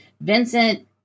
Vincent